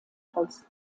als